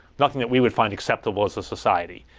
nothing that we would find acceptable as a society.